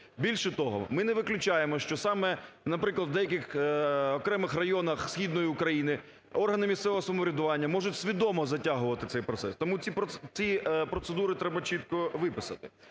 Більше того, ми не виключаємо, що саме, наприклад, в деяких окремих районах східної України органи місцевого самоврядування можуть свідомо затягувати цей процес. Тому ці процедури треба чітко виписати.